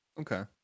Okay